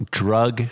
drug